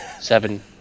Seven